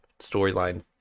storyline